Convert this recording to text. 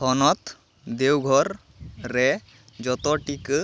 ᱦᱚᱱᱚᱛ ᱫᱮᱣᱜᱷᱚᱨ ᱨᱮ ᱡᱚᱛᱚ ᱴᱤᱠᱟᱹ